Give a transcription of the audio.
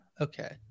okay